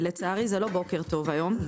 לצערי זה לא בוקר טוב היום.